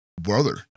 Brother